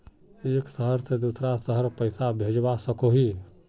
एक शहर से दूसरा शहर पैसा भेजवा सकोहो ही?